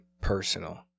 personal